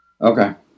Okay